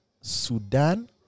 Sudan